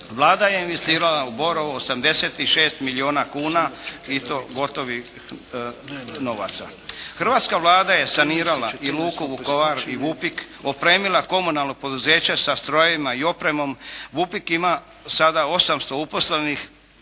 Vlada je investirala u “Borovo“ 86 milijuna kuna i to gotovih novaca. Hrvatska Vlada je sanirala i luku “Vukovar“ i “Vupik“, opremila komunalna poduzeća sa strojevima i opremom. “Vupik“ ima sada 800 uposlenih.